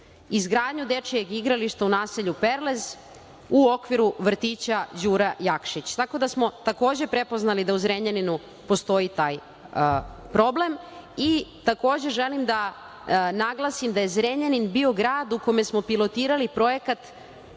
izgradnju dečijeg igrališta u naselju Perlez u okviru vrtića "Đura Jakšić". Tako da smo takođe prepoznali da u Zrenjaninu postoji taj problem. Takođe želim da naglasim da je Zrenjanin bio grad u kome smo pilotirali projekat